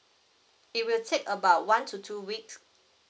it will take about one to two weeks